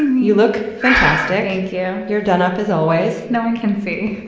you look fantastic. thank you. you're done up as always. no one can see,